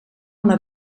una